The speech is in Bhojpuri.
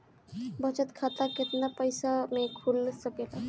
बचत खाता केतना पइसा मे खुल सकेला?